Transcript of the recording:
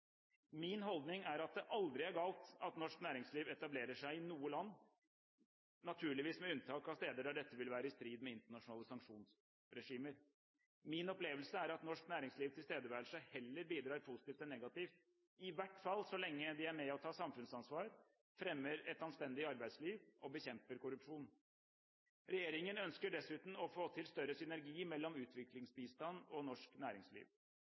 Min holdning er at det aldri er galt at norsk næringsliv etablerer seg i noe land, naturligvis med unntak av steder der dette ville være i strid med internasjonale sanksjonsregimer. Min opplevelse er at norsk næringslivs tilstedeværelse heller bidrar positivt enn negativt – i hvert fall så lenge de er med og tar samfunnsansvar, fremmer et anstendig arbeidsliv og bekjemper korrupsjon. Regjeringen ønsker dessuten å få til større synergi mellom utviklingsbistand og norsk næringsliv,